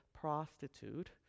prostitute